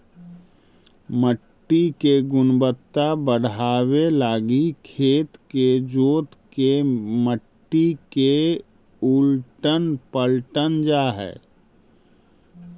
मट्टी के गुणवत्ता बढ़ाबे लागी खेत के जोत के मट्टी के उलटल पलटल जा हई